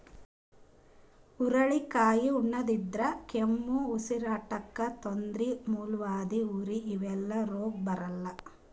ಹುರಳಿಕಾಯಿ ಉಣಾದ್ರಿನ್ದ ಕೆಮ್ಮ್, ಉಸರಾಡಕ್ಕ್ ತೊಂದ್ರಿ, ಮೂಲವ್ಯಾಧಿ, ಉರಿ ಇವೆಲ್ಲ ರೋಗ್ ಬರಲ್ಲಾ